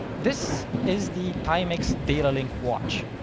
this is the timex data link watch,